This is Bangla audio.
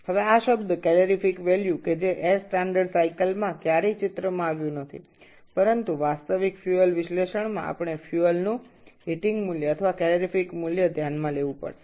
এখন এই ক্যালোরিফ মান শব্দটি এয়ার স্ট্যান্ডার্ড চক্রের মধ্যে কখনও আসেনি তবে একটি বাস্তব জ্বালানী বিশ্লেষণে আমাদের গরম করার মান বা জ্বালানির ক্যালোরিফ মান বিবেচনা করতে হবে